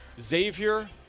xavier